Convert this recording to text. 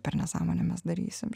per nesąmonę mes darysim